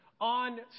On